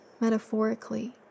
metaphorically